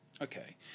Okay